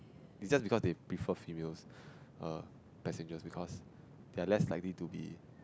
its just because they prefer females err passengers because they are less likely to be